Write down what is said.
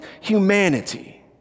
humanity